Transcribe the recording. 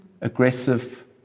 aggressive